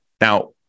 now